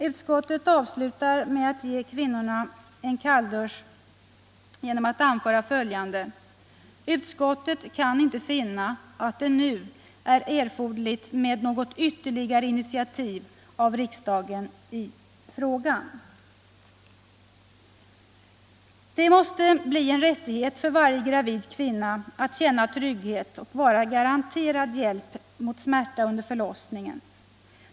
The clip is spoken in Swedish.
Utskottet avslutar betänkandet med att ge kvinnorna en kalldusch genom att anföra följande: ”—-— kan utskottet emel lertid inte finna att det nu är erforderligt med något ytterligare initiativ av riksdagen i frågan.” Det måste bli en rättighet för varje gravid kvinna att känna trygghet och vara garanterad hjälp mot smärta under förlossningen.